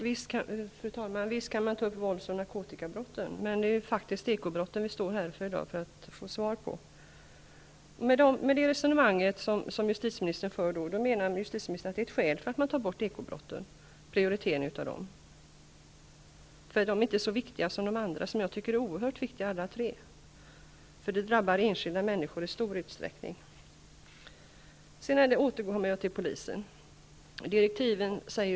Fru talman! Visst kan man ta upp vålds och narkotikabrotten, men vi står faktiskt här i dag för att få svar på frågor om ekobrotten. Justitieministern menar att det finns skäl att ta bort prioriteringen av ekobrotten. De skulle inte vara lika viktiga att bekämpa som de andra brotten. Jag tycker att alla tre kategorier av brott är oerhört viktiga att prioritera, eftersom brotten i stor utsträckning drabbar enskilda människor.